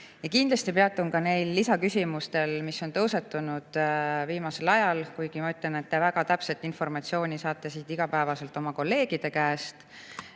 ja kindlasti peatun ka neil lisaküsimustel, mis on tõusetunud viimasel ajal. Kuigi ma ütlen, et väga täpset informatsiooni saate te siit Riigikogust igapäevaselt oma kolleegide käest,